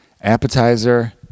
Appetizer